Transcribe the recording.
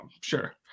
sure